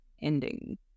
ending